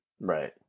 Right